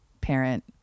parent